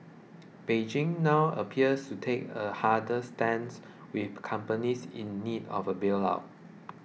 Beijing now appears to take a harder stance with companies in need of a bail out